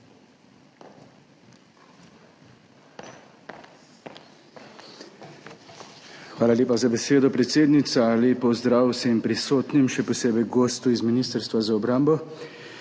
Hvala lepa za besedo, predsednica. Lep pozdrav vsem prisotnim, še posebej gostu iz Ministrstva za obrambo!